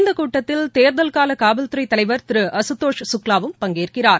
இந்த கூட்டத்தில் தேர்தல்கால காவல்துறை தலைவர் திரு அசுதோஷ் சுக்லா வும் பங்கேற்கிறார்